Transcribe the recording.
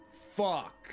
Fuck